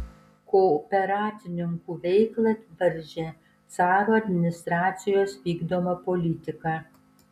kooperatininkų veiklą varžė caro administracijos vykdoma politika